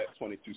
22